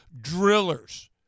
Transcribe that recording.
drillers